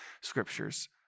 scriptures